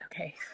okay